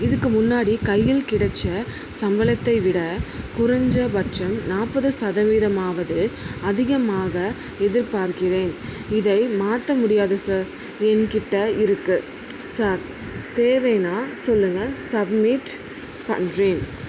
இதுக்கு முன்னாடி கையில் கிடைச்ச சம்பளத்தை விட குறைஞ்ச பட்சம் நாற்பது சதவீதம் ஆவது அதிகமாக எதிர்பார்க்கிறேன் இதை மாற்ற முடியாது சார் என் கிட்டே இருக்குது சார் தேவைனால் சொல்லுங்க சப்மிட் பண்ணுறேன்